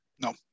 No